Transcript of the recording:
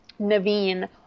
Naveen